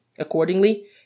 Accordingly